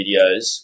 videos